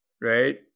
right